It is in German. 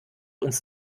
uns